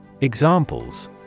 Examples